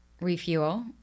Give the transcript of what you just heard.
refuel